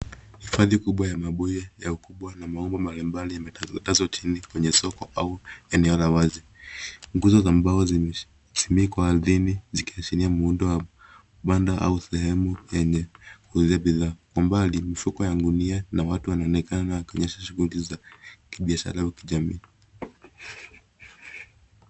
Hifadhi kubwa ya mabuye ya ukubwa na maua mbalimbali yametakazwa chini kwenye soko au eneo la wazi. Nguzo za mbao zimesinikwa ardhini zikiashiria muundo wa kibanda au sehemu yenye kuuzia bidhaa. Kwa umbali, mifuko ya gunia na watu wanaonekana kwenye shughuli za kibiashara au kijamii.